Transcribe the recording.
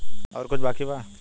और कुछ बाकी बा?